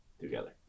together